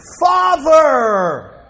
father